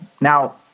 Now